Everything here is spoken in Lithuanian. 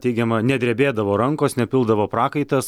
teigiama nedrebėdavo rankos nepildavo prakaitas